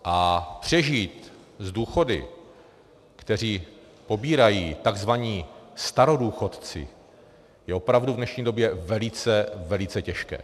A přežít s důchody, které pobírají tzv. starodůchodci, je opravdu v dnešní době velice, velice těžké.